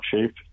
shape